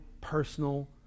personal